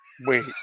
wait